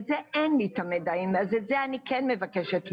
שאין לי את המידע עליהם ואת זה אני כן מבקשת מאנשים.